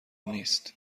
نیست